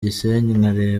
gisenyi